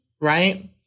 Right